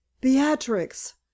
beatrix